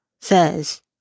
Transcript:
says